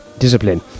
discipline